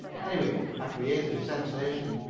anyway i created a sensation.